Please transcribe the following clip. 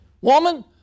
woman